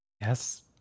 yes